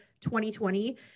2020